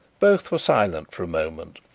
both were silent for a moment.